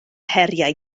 heriau